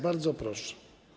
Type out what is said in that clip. Bardzo proszę.